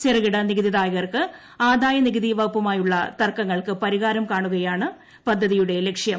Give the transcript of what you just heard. ചെറുകിട നികുതിദായകർക്ക് ആദായനികുതി വകുപ്പുമായുള്ള തർക്കങ്ങൾക്ക് പരിഹാരം കാണുകയാണ് പദ്ധതിയുടെ ലക്ഷ്യം